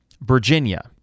Virginia